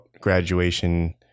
graduation